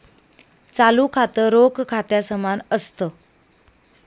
चालू खातं, रोख खात्या समान असत